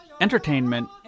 entertainment